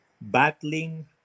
battling